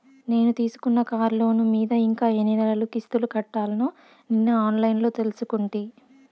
నేను తీసుకున్న కార్లోను మీద ఇంకా ఎన్ని నెలలు కిస్తులు కట్టాల్నో నిన్న ఆన్లైన్లో తెలుసుకుంటి